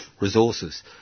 resources